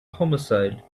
homicide